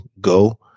go